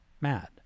mad